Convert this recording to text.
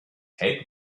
head